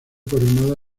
coronada